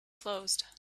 closed